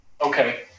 Okay